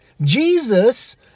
Jesus